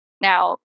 Now